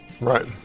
Right